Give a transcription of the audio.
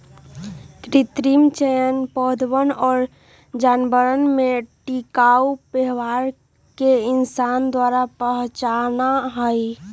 कृत्रिम चयन पौधवन और जानवरवन में टिकाऊ व्यवहार के इंसान द्वारा पहचाना हई